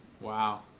Wow